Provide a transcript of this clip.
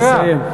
נא לסיים.